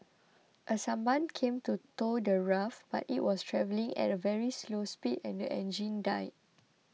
a sampan came to tow the raft but it was travelling at a very slow speed and the engine died